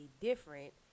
different